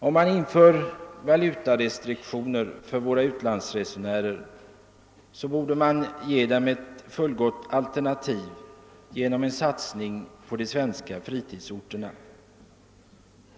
Om man inför valutarestriktioner för våra utlandsresenärer, borde man ge dessa ett fullgott alternativ genom en satsning på de svenska fritidsorterna.